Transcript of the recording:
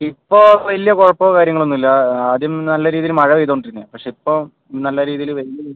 ഇപ്പോൾ വലിയ കുഴപ്പമോ കാര്യങ്ങളൊന്നും ഇല്ല ആദ്യം നല്ല രീതിയിൽ മഴ പെയ്തുകൊണ്ടിരുന്നു പക്ഷേ ഇപ്പോൾ നല്ല രീതിയിൽ വെയിൽ